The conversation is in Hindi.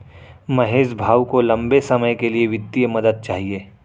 महेश भाऊ को लंबे समय के लिए वित्तीय मदद चाहिए